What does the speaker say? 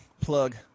plug